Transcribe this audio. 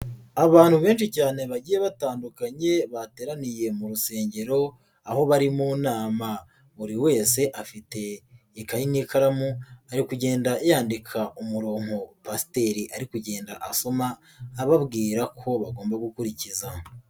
Abantu benshi cyane bagiye batandukanye bateraniye mu rusengero, aho bari mu nama buri wese afite ikayi n'ikaramu ari kugenda yandika umurongo pasiteri ari kugenda asoma, ababwira ko bagomba gukurikiza.